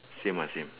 same ah same